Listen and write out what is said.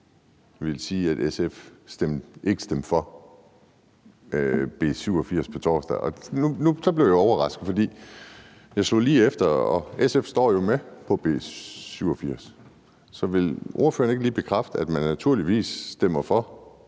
vil sige, at SF nødvendigvis stemmer for B 87 på torsdag. Så blev jeg overrasket, for jeg slog lige efter, og SF står jo på B 87. Så vil ordføreren ikke lige bekræfte, at man naturligvis på torsdag